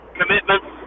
commitments